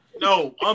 No